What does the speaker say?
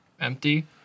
empty